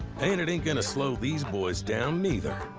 and it ain't gonna slow these boys down neither.